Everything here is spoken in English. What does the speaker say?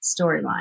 storyline